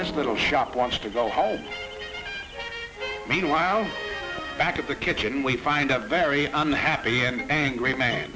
this little shop wants to go home meanwhile back at the kitchen we find a very unhappy and angry man